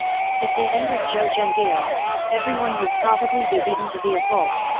if they angered zhou zhenghao, everyone would probably be beaten to be a pulp.